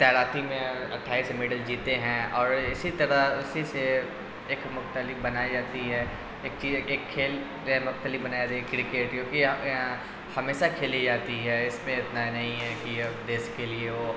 تیراکی میں اٹھائیس میڈل جیتے ہیں اور اسی طرح اسی سے ایک مختلف بنائی جاتی ہے ایک چیز ہے ایک کھیل جو ہے مختلف بنائی جاتی ہے کرکٹ کیوںکہ ہمیشہ کھیلی جاتی ہے اس میں اتنا نہیں ہے کہ یہ دیس کے لیے ہو